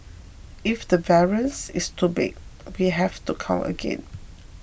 if the variance is too big we have to count again